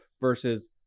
versus